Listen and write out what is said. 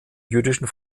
jüdischen